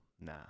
nah